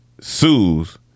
sues